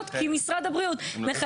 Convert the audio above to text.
זה לא שהוא לא יקנה.